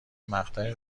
مقطع